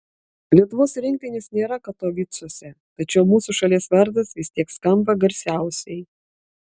lietuvos rinktinės nėra katovicuose tačiau mūsų šalies vardas vis tiek skamba garsiausiai